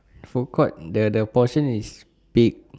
food court the the portion is big